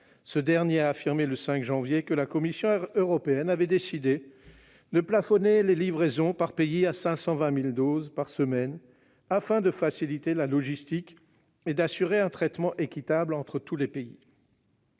ce dernier a affirmé, le 5 janvier, que la Commission européenne avait décidé de plafonner les livraisons par pays à 520 000 doses par semaine afin de faciliter la logistique et d'assurer un traitement équitable entre tous les pays.